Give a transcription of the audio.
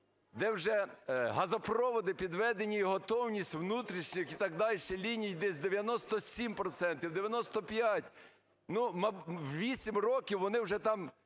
де вже газопроводи підведені і готовність внутрішніх і так дальше ліній десь 97 процентів, 95. Ну, 8 років вони вже там...